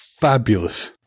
fabulous